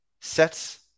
sets